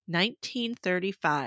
1935